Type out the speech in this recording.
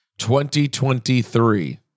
2023